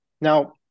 Now